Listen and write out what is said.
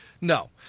No